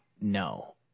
No